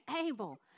able